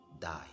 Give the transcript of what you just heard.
die